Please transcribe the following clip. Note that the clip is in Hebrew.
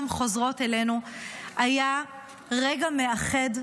לריאות, חמצן שממלא את